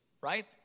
right